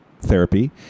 therapy